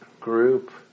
group